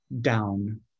down